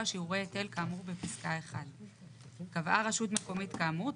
שיעורי היטל כאמור בפסקה 1. קבעה רשות מקומית כאמור,